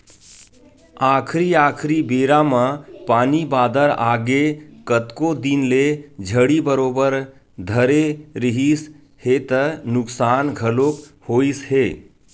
आखरी आखरी बेरा म पानी बादर आगे कतको दिन ले झड़ी बरोबर धरे रिहिस हे त नुकसान घलोक होइस हे